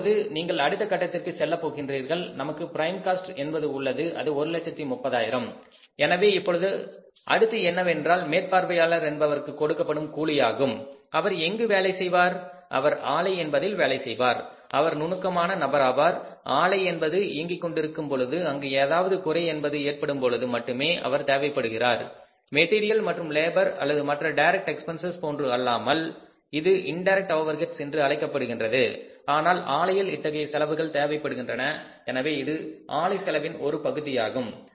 இப்பொழுது நீங்கள் அடுத்த கட்டத்திற்கு செல்லப் போகிறீர்கள் நமக்கு பிரைம் காஸ்ட் என்பது உள்ளது அது 130000 எனவே இப்போது அடுத்து என்னவென்றால் மேற்பார்வையாளர் என்பவருக்கு கொடுக்கப்படும் கூலியாகும் அவர் எங்கு வேலை செய்வார் அவர் ஆளை என்பதில் வேலை செய்வார் அவர் நுணுக்கமான நபராவார் ஆளை என்பது இயங்கிக் கொண்டிருக்கும் பொழுது அங்கு ஏதாவது குறை என்பது ஏற்படும்பொழுது மட்டுமே அவர் தேவைப்படுகிறார் மெட்டீரியல் மற்றும் லேபர் அல்லது மற்ற டைரக்ட் எக்பென்சஸ் போன்று அல்லாமல் இது இண்டைரக்ட் ஓவெர்ஹெட்ஸ் என்று அழைக்கப்படுகின்றது ஆனால் ஆலையில் இத்தகைய செலவுகள் தேவைப்படுகின்றன எனவே இது ஆளை செலவின் ஒரு பகுதியாகும்